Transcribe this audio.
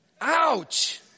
Ouch